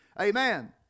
Amen